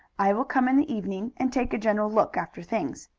i will come in the evening, and take a general look after things.